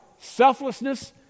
selflessness